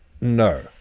No